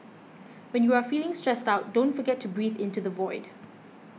when you are feeling stressed out don't forget to breathe into the void